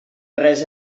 res